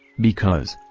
because,